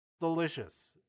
delicious